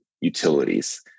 utilities